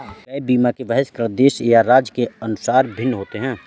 gap बीमा के बहिष्करण देश या राज्य के अनुसार भिन्न होते हैं